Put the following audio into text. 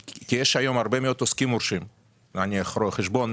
כי יש היום הרבה מאוד עוסקים מורשים; רואי חשבון,